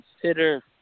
consider